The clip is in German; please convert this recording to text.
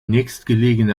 nächstgelegene